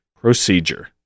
procedure